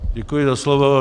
Děkuji za slovo.